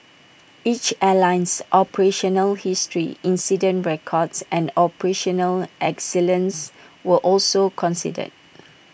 each airline's operational history incident records and operational excellence were also considered